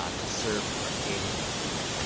ah to serve arcadia and its people.